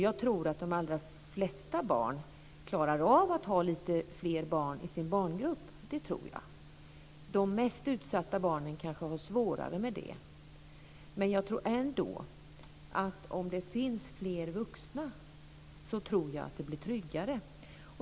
Jag tror att de allra flesta barn klarar av att ha lite fler barn i sin barngrupp. Det tror jag. De mest utsatta barnen kanske har svårare med det. Men om det finns fler vuxna tror jag ändå att det blir tryggare.